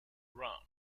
run